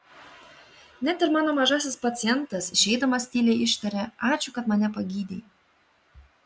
net ir mano mažasis pacientas išeidamas tyliai ištarė ačiū kad mane pagydei